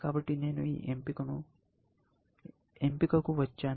కాబట్టి నేను ఈ ఎంపికకు వచ్చాను